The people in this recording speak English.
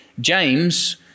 James